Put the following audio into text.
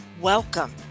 Welcome